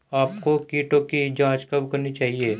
आपको कीटों की जांच कब करनी चाहिए?